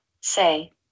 say